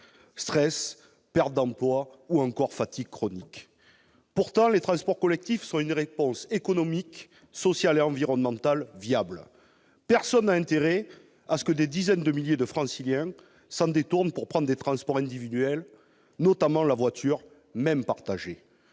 stress, perte d'emploi ou fatigue chronique. Pourtant, les transports collectifs sont une réponse économique, sociale et environnementale viable. Personne n'a intérêt à ce que des dizaines de milliers de Franciliens s'en détournent pour prendre des transports individuels, notamment la voiture, même partagée.